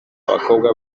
abakobwa